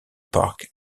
park